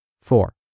Four